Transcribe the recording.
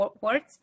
words